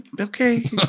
Okay